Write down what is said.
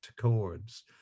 chords